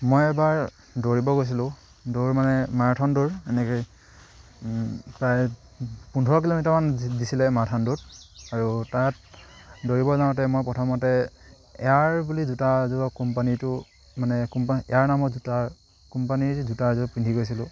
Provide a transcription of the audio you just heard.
মই এবাৰ দৌৰিব গৈছিলোঁ দৌৰ মানে মাৰথন দৌৰ এনেকৈ প্ৰায় পোন্ধৰ কিলোমিটাৰমান দিছিলে মাৰাথন দৌৰ আৰু তাত দৌৰিব যাওঁতে মই প্ৰথমতে এয়াৰ বুলি জোতাযোৰৰ কোম্পানীটো মানে কোম্পানী এয়াৰ নামৰ জোতা কোম্পানীৰ জোতা এযোৰ পিন্ধি গৈছিলোঁ